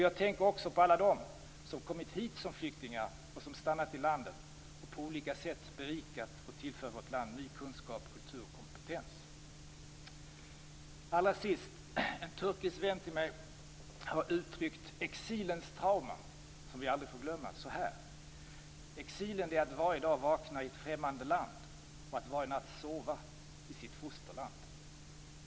Jag tänker också på alla dem som kommit hit som flyktingar och som stannat i landet och som på olika sätt berikat och tillfört vårt land ny kunskap, kultur och kompetens. Allra sist: En turkisk vän till mig har uttryckt exilens trauma som vi aldrig får glömma så här: Exil är att varje dag vakna i ett främmande land och att varje natt sova i sitt fosterland.